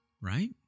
right